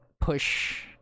push